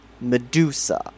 Medusa